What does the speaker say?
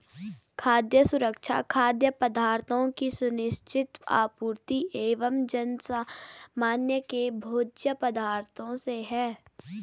खाद्य सुरक्षा खाद्य पदार्थों की सुनिश्चित आपूर्ति एवं जनसामान्य के भोज्य पदार्थों से है